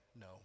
no